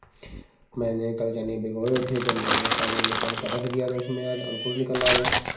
मैंने कल चने भिगोए थे जब मैंने पानी निकालकर रख दिया तो उसमें आज अंकुर निकल आए